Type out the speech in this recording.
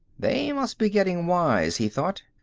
they must be getting wise, he thought.